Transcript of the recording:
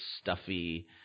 stuffy